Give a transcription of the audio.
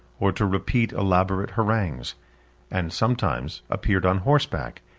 or to repeat elaborate harangues and, sometimes, appeared on horseback,